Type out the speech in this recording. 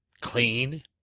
clean